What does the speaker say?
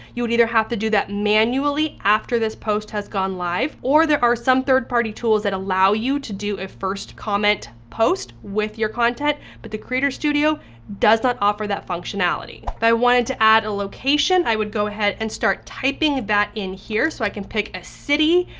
you would either have to do that manually after this post has gone live, or there are some third party tools that allow you to do a first comment post with your content, but the creator studio does not offer that functionality. if but i wanted to add a location, i would go ahead and start typing that in here. so, i can pick a city,